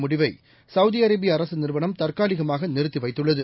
முடிவைசவுதிஅரேபியஅரசுநிறுவனம் தற்காலிகமாகநிறுத்திவைத்துள்ளது